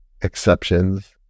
exceptions